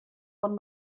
von